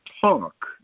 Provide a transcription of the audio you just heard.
talk